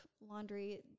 laundry